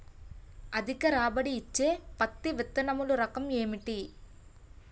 అధిక రాబడి ఇచ్చే పత్తి విత్తనములు రకం ఏంటి?